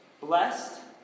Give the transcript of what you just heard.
Blessed